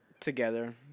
Together